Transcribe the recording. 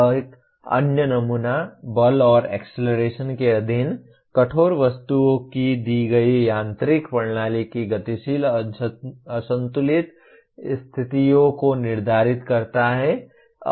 एक अन्य नमूना बल और एक्सेलरेशन के अधीन कठोर वस्तुओं की दी गई यांत्रिक प्रणाली की गतिशील असंतुलित स्थितियों को निर्धारित करता है